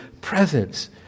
presence